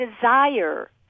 desire